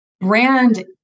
brand